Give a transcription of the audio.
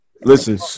listen